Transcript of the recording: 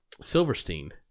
Silverstein